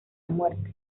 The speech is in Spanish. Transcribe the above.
muerte